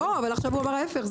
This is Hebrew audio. לא, אבל עכשיו הוא אמר ההיפך.